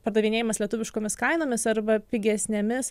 pardavinėjamas lietuviškomis kainomis arba pigesnėmis